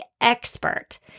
expert